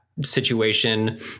situation